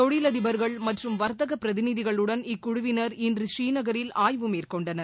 தொழிலதிபர்கள் மற்றும் வர்த்தக பிரதிநிதிகளுடன் இக்குழுவினர் இன்று புரீநகரில் ஆய்வு மேற்கொண்டனர்